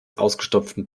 ausgestopften